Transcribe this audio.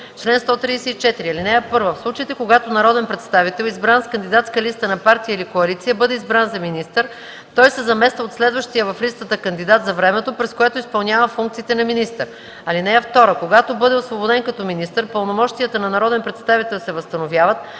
134. (1) В случаите, когато народен представител, избран с кандидатска листа на партия или коалиция, бъде избран за министър, той се замества от следващия в листата кандидат за времето, през което изпълнява функциите на министър. (2) Когато бъде освободен като министър, пълномощията на народен представител се възстановяват,